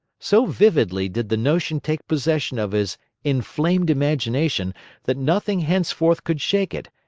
so vividly did the notion take possession of his inflamed imagination that nothing henceforth could shake it.